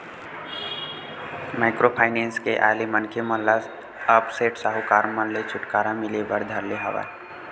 micro finance के आय ले मनखे मन ल अब सेठ साहूकार मन ले छूटकारा मिले बर धर ले हवय